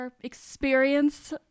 experience